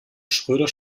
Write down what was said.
schröder